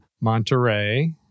Monterey